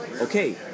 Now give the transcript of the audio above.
okay